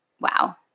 Wow